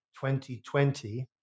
2020